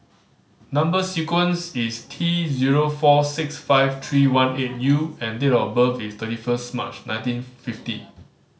number sequence is T zero four six five three one eight U and date of birth is thirty first March nineteen fifty